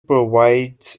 provides